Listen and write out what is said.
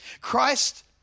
Christ